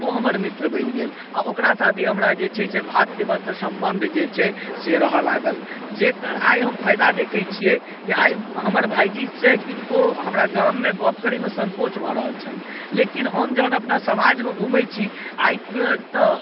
ओ हमर मित्र बनि गेल आओर ओकरा साथे हमरा जे छै से भ्रातृवत्त सम्बन्ध जे छै से रहऽ लागल जकर आइ हम फाइदा देखय छियै जे आइ हमर भायजीसँ किनको हमरा गाँवमे गप्प करयमे सङ्कोच भऽ रहल छन्हि लेकिन हम जहन अपना समाजमे घुमय छी आइके तऽ